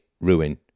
ruin